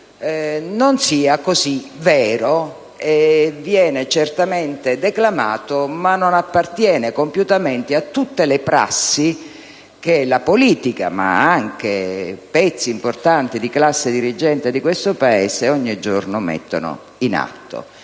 non sia così vero; viene certamente declamato, ma non appartiene compiutamente a tutte le prassi che la politica e pezzi importanti di classe dirigente di questo Paese mettono in atto